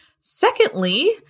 Secondly